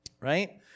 Right